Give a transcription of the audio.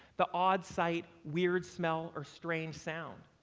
the odd sight, weird smell or strange sound.